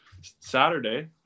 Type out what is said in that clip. Saturday